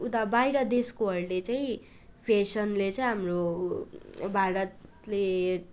उता बाहिर देशकोहरूले चाहिँ फेसनले चाहिँ हाम्रो भारतले